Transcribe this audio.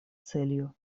целью